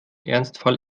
ernstfall